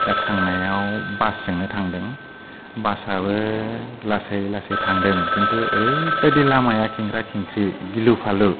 दा थांनायाव बास जोंनो थांदों बास आबो लासै लासै थांदों किन्तु ओरैबायदि लामाया खेंख्रा खेंख्रि गिलु फालु